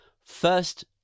first